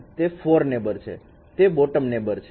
તે 4 નેબર છે તે બોટમ નેબર છે